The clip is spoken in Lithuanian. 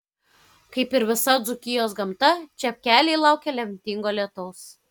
kaip ir visa dzūkijos gamta čepkeliai laukia lemtingo lietaus